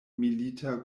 milita